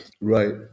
Right